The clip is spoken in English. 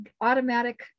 automatic